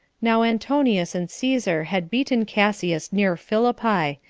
now antonius and caesar had beaten cassius near philippi,